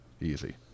easy